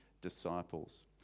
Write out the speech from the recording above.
disciples